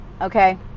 okay